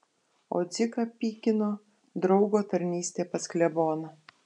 o dziką pykino draugo tarnystė pas kleboną